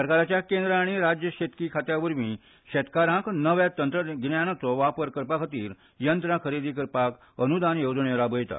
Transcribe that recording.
सरकाराच्या केंद्र आनी राज्य शेतकी खात्या वरवीं शेतकारांक नव्या तंत्रज्ञानाचो वापर करपा खातीर यंत्रा खरेदी करपाक अनुदान येजवण्यो दितात